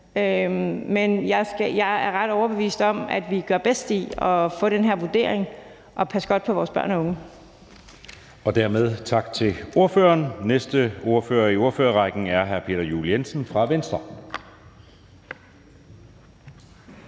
Men jeg er ret overbevist om, at vi gør bedst i at få den her vurdering og passe godt på vores børn og unge. Kl. 19:01 Anden næstformand (Jeppe Søe): Dermed siger vi tak til ordføreren. Næste ordfører i ordførerrækken er hr. Peter Juel-Jensen fra Venstre.